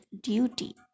duty